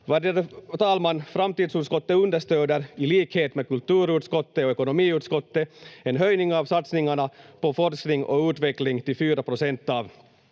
Värderade talman! Framtidsutskottet understöder i likhet med kulturutskottet och ekonomiutskottet en höjning av satsningarna på forskning och utveckling till fyra procent av